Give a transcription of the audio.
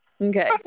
Okay